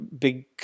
big